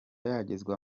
yagezwa